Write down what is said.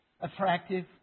attractive